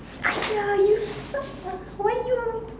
ya you suck lah why you